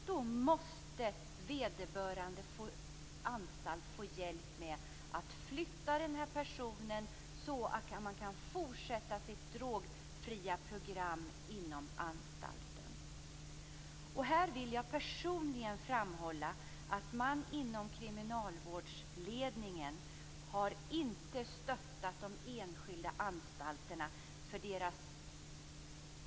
Då måste vederbörande anstalt få hjälp med att flytta personen så att det drogfria programmet inom anstalten kan fortsätta. Här vill jag personligen framhålla att man inom kriminalvårdsledningen inte har stöttat de enskilda anstalterna.